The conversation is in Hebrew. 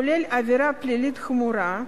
כולל עבירה פלילית חמורה,